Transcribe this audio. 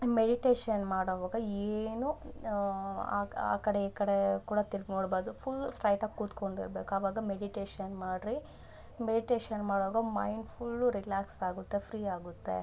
meditation ಮಾಡೋವಾಗ ಏನು ಆಕ್ ಆ ಕಡೆ ಈ ಕಡೆ ಕೂಡ ತಿರ್ಗಿ ನೋಡಬಾರ್ದು ಫುಲ್ ಸ್ಟ್ರೈಟಾಗಿ ಕೂತ್ಕೊಂಡಿರ್ಬೇಕು ಆವಾಗ ಮೆಡಿಟೇಷನ್ ಮಾಡ್ರಿ ಮೆಡಿಟೇಷನ್ ಮಾಡೋವಾಗ ಮೈಂಡ್ ಫುಲ್ಲು ರಿಲ್ಯಾಕ್ಸ್ ಆಗುತ್ತೆ ಫ್ರೀ ಆಗುತ್ತೆ